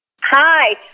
Hi